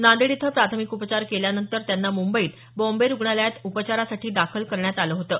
नांदेड इथं प्राथमिक उपचार केल्यानंतर त्यांना मुंबईत बॉम्बे रुग्णालयात उपचारासाठी दाखल करण्यात आलं होतं